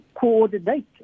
coordinate